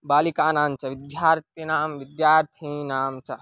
बालिकानां च विध्यार्थीनां विद्यार्थीनां च